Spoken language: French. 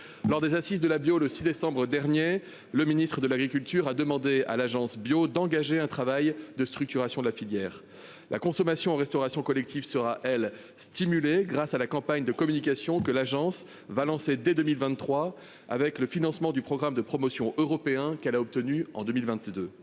Lors des Assises de la bio. Le 6 décembre dernier, le ministre de l'Agriculture a demandé à l'Agence Bio d'engager un travail de structuration de la filière la consommation en restauration collective sera elle stimuler grâce à la campagne de communication que l'agence va lancer dès 2023 avec le financement du programme de promotion européen qu'elle a obtenu en 2022.